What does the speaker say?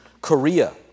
Korea